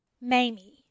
Mamie